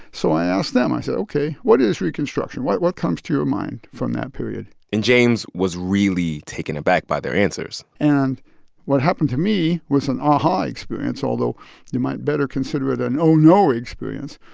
so i asked them. i said, ok, what is reconstruction? what comes to your mind from that period? and james was really taken aback by their answers and what happened to me was an aha experience, although you might better consider it an oh-no experience.